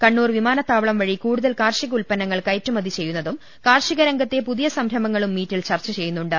കണ്ണൂർ വിമാനതാവളം വഴി കൂടുതൽ കാർഷിക ഉൽപന്നങ്ങൾ കയറ്റുമതി ചെയ്യുന്നതും കാർഷിക രംഗത്തെ പുതിയ സംരഭങ്ങളും മീറ്റിൽ ചർച്ച ചെയ്യുന്നുണ്ട്